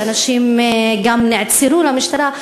שאנשים גם נעצרו במשטרה.